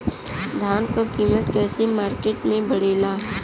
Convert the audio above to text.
धान क कीमत कईसे मार्केट में बड़ेला?